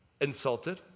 insulted